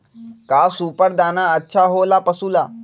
का सुपर दाना अच्छा हो ला पशु ला?